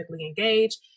engaged